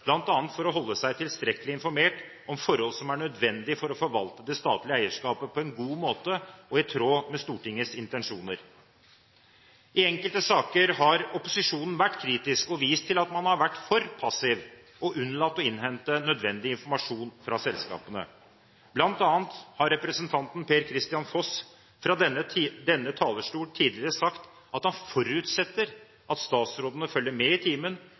for å holde seg tilstrekkelig informert om forhold som er nødvendige for å forvalte det statlige eierskapet på en god måte og i tråd med Stortingets intensjoner. I enkelte saker har opposisjonen vært kritisk og vist til at man har vært for passiv og unnlatt å innhente nødvendig informasjon fra selskapene. Blant annet har representanten Per-Kristian Foss fra denne talerstol tidligere sagt at han forutsetter at statsrådene følger med i timen,